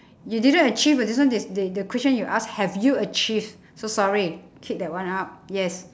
you didn't achieve [what] this one is they the question you ask have you achieved so sorry kick that one out yes